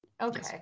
Okay